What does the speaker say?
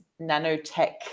nanotech